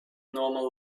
normal